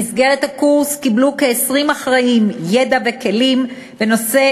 במסגרת הקורס קיבלו כ-20 אחראים ידע וכלים בנושא